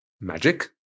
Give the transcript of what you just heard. magic